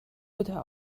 bitte